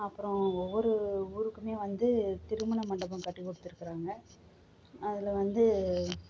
அப்புறம் ஒவ்வொரு ஊருக்கும் வந்து திருமணம் மண்டபம் கட்டி கொடுத்துருக்குறாங்க அதில் வந்து